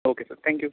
okay sir thank you